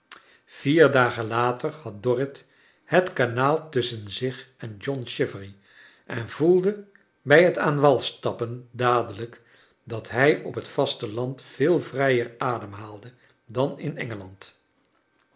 vier dagen later had dorrit het kanaal tusschen zioh en john chivery en voelde bij het aan wal stappen dadelijk dat hij op het vasteland veel vrijer ademhaalde dan in